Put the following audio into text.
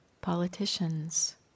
Politicians